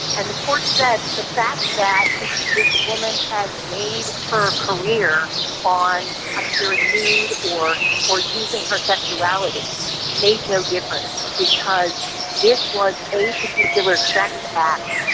and the court said that the fact that this woman had made her career on appearing nude or or using her sexuality made no difference because this was a particular sex act,